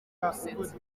gusetsa